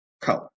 color